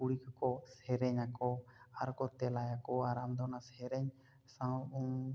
ᱠᱩᱲᱤ ᱠᱚᱠᱚ ᱥᱮᱨᱮᱧᱟᱠᱚ ᱟᱨ ᱠᱚ ᱛᱮᱞᱟᱭᱟᱠᱚᱭᱟ ᱟᱨ ᱟᱢ ᱫᱚ ᱚᱱᱟ ᱥᱮᱨᱮᱧ ᱥᱟᱶ